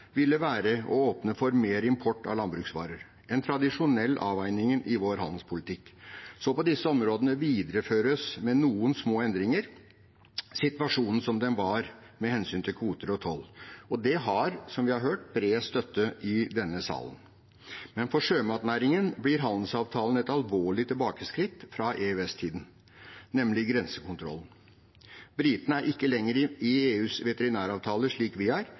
ville være å åpne for mer import av landbruksvarer – en tradisjonell avveining i vår handelspolitikk. Så på disse områdene videreføres – med noen små endringer – situasjonen som den var, med hensyn til kvoter og toll. Det har, som vi har hørt, bred støtte i denne salen. For sjømatnæringen blir handelsavtalen et alvorlig tilbakeskritt fra EØS-tiden, med tanke på grensekontrollen. Britene er ikke lenger i EUs veterinæravtale, slik vi er,